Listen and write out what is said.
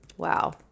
Wow